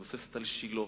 היא מבוססת על שילה,